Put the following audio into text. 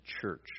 church